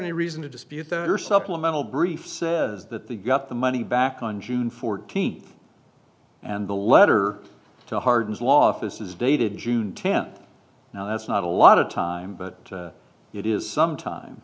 any reason to dispute their supplemental brief says that they got the money back on june fourteenth and the letter to harden's law office is dated june tenth that's not a lot of time but it is some time